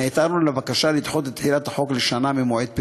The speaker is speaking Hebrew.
נעתרנו לבקשה לדחות את תחילת החוק לשנה ממועד פרסומו.